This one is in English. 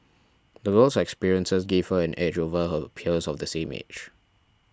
the girl's experiences gave her an edge over her peers of the same age